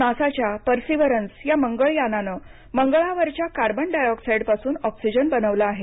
NASA च्या Perseverance या मंगळ यानानं मंगळावरच्या कार्बन डाइ ऑक्साइड पासून ऑक्सीजन बनवला आहे